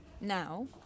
Now